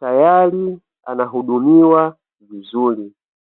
tayari anahudumiwa vizuri.